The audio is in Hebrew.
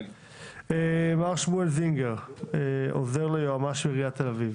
מר שמואל זינגר, עוזר ליועמ"ש בעיריית תל אביב.